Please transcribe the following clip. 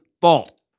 fault